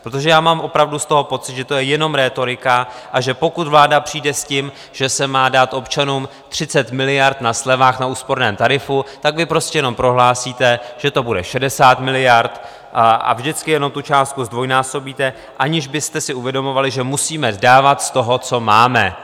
Protože já mám opravdu z toho pocit, že to je jenom rétorika, a že pokud vláda přijde s tím, že se má dát občanům 30 miliard na slevách na úsporném tarifu, tak vy prostě jenom prohlásíte, že to bude 60 miliard, a vždycky jenom tu částku zdvojnásobíte, aniž byste si uvědomovali, že musíme dávat z toho, co máme.